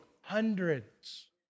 Hundreds